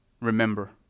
remember